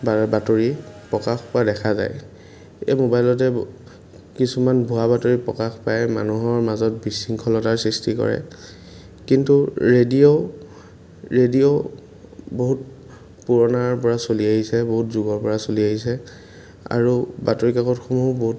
বাতৰি প্ৰকাশ কৰা দেখা যায় এই মোবাইলতে কিছুমান ভুৱা বাতৰি প্ৰকাশ প্ৰায় মানুহৰ মাজত বিশৃংখলতাৰ সৃষ্টি কৰে কিন্তু ৰেডিঅ' ৰেডিঅ' বহুত পুৰণাৰপৰা চলি আহিছে বহুত যুগৰপৰা চলি আহিছে আৰু বাতৰিকাকতসমূহ বহুত